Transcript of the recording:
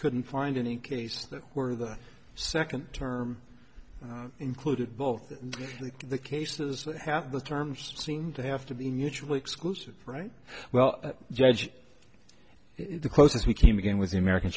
couldn't find any case that where the second term included both the cases that have the terms seem to have to be mutually exclusive right well judge the closest we came again was the american